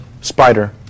spider